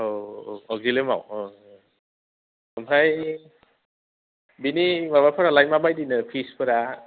औ औ अगजिलियामाव औ ओमफ्राय बिनि माबाफोरालाय माबायदिनो फिसफोरा